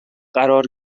قرار